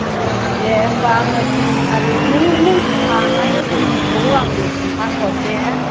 ए दे होम्बा आङो दिन थारिख नों नों खानाय दिनखौ आंनो खोन्था'हर दे